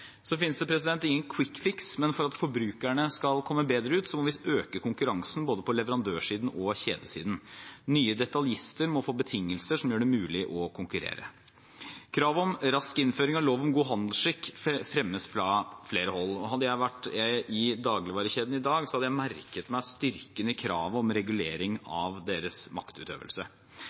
Det finnes ingen kvikkfiks, men for at forbrukerne skal komme bedre ut, må vi øke konkurransen både på leverandørsiden og på kjedesiden. Nye detaljister må få betingelser som gjør det mulig å konkurrere. Kravet om raskt innføring av lov om god handelsskikk fremmes fra flere hold. Hadde jeg vært i dagligvarekjeden i dag, hadde jeg merket meg styrken i kravet om regulering av deres maktutøvelse.